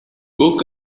book